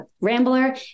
rambler